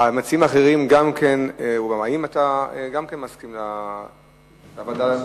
האם גם אתה מסכים לוועדה,